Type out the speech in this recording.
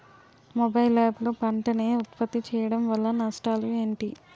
Mobile app లో పంట నే ఉప్పత్తి చేయడం వల్ల నష్టాలు ఏంటి?